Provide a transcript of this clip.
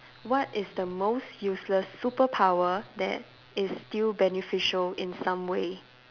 what is the most useless superpower that is still beneficial in some way